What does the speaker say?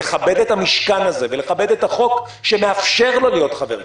לכבד את המשכן הזה ולכבד את החוק שמאפשר לו להיות חבר כנסת,